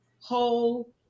whole